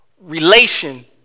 relation